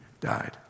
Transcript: died